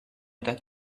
that